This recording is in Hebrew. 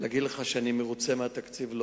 להגיד לך שאני מרוצה מהתקציב?